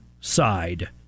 Side